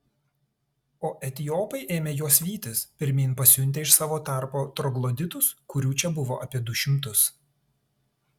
o etiopai ėmė juos vytis pirmyn pasiuntę iš savo tarpo trogloditus kurių čia buvo apie du šimtus